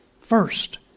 first